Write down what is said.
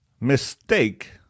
mistake